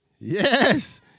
Yes